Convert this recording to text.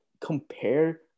compare